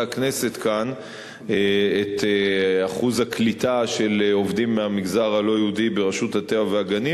הכנסת כאן את אחוז הקליטה של עובדים מהמגזר הלא-יהודי ברשות הטבע והגנים,